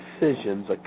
decisions